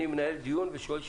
אני מנהל דיון ושואל שאלות,